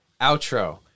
Outro